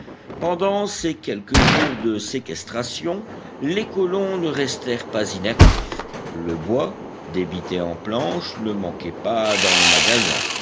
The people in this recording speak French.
pendant ces quelques jours de séquestration les colons ne restèrent pas inactifs le bois débité en planches ne manquait pas dans le magasin